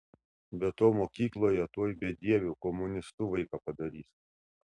be to mokykloje tuoj bedieviu komunistu vaiką padarys